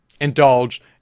indulge